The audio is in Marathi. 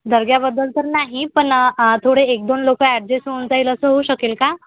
दरग्याबद्दल तर नाही पण थोडे एक दोन लोकं ॲडजेस्ट होऊन जा येईल असं होऊ शकेल का